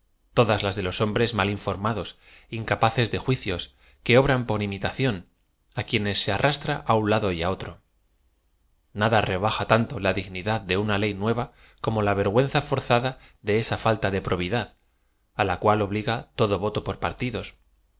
todas las de loe hombres mal informados incapaces de juicios que obran por imi taclón á quienes se arrastra á un lado á otro nada rebina tanto la dignidad de una ley nueva como la vergüenza forzada de esa falta de probidad á la cual obliga todo voto por partidos